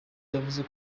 yavuze